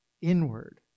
inward